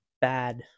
bad